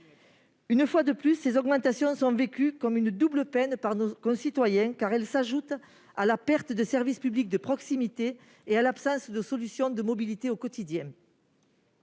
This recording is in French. Une fois de plus, ces augmentations sont vécues par nos concitoyens comme une double peine, car elles s'ajoutent à la perte de services publics de proximité et à l'absence de solutions de mobilité au quotidien.